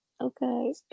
okay